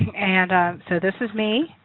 and so. this is me.